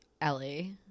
Ellie